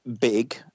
big